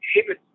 David